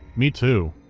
me too,